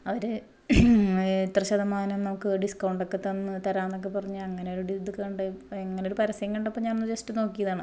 അവർ ഇത്ര ശതമാനം നമുക്ക് ഡിസ്കൗണ്ട് ഒക്കെ തന്ന് തരാം എന്നൊക്കെ പറഞ്ഞ് അങ്ങനെ ഒരു ഇത് കണ്ട് ഇങ്ങനെ ഒരു പരസ്യം കണ്ടപ്പോൾ ഞാൻ ഒന്ന് ജസ്റ്റ് നോക്കിതാണ്